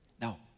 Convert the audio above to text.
Now